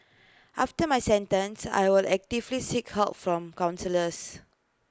after my sentence I will actively seek help from counsellors